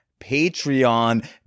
Patreon